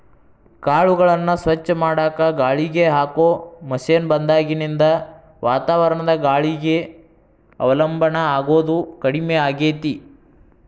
ಕಾಳುಗಳನ್ನ ಸ್ವಚ್ಛ ಮಾಡಾಕ ಗಾಳಿಗೆ ಹಾಕೋ ಮಷೇನ್ ಬಂದಾಗಿನಿಂದ ವಾತಾವರಣದ ಗಾಳಿಗೆ ಅವಲಂಬನ ಆಗೋದು ಕಡಿಮೆ ಆಗೇತಿ